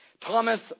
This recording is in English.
Thomas